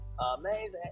amazing